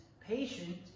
patient